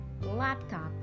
Laptop